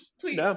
please